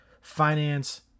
finance